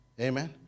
Amen